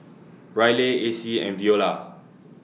Ryleigh Acy and Veola